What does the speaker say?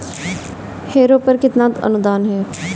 Harrow पर कितना अनुदान है?